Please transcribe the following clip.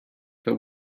but